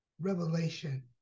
Revelation